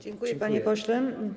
Dziękuję, panie pośle.